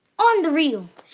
on the real!